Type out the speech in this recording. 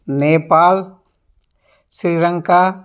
Nepal Sri Lanka